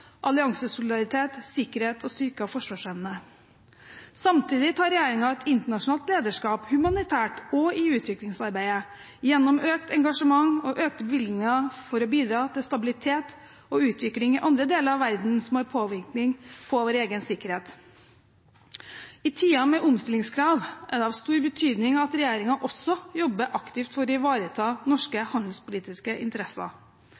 alliansesolidaritet, sikkerhet og styrket forsvarsevne. Samtidig tar regjeringen et internasjonalt lederskap humanitært og i utviklingsarbeidet, gjennom økt engasjement og økte bevilgninger for å bidra til stabilitet og utvikling i andre deler av verden som har påvirkning på vår egen sikkerhet. I tider med omstillingskrav er det av stor betydning at regjeringen også jobber aktivt for å ivareta norske handelspolitiske interesser.